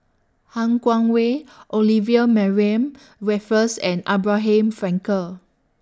Han Guangwei Olivia Mariamne Raffles and Abraham Frankel